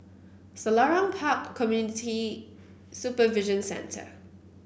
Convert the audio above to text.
Selarang Park Community Supervision Centre